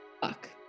fuck